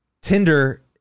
Tinder